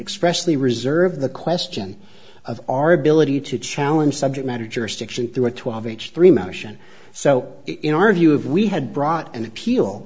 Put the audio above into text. expressly reserve the question of our ability to challenge subject matter jurisdiction through a twelve h three motion so in our view of we had brought